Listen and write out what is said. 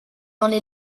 only